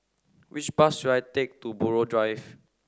which bus should I take to Buroh Drive